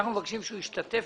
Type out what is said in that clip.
אנחנו מבקשים שהוא ישתתף